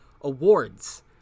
Awards